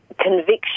conviction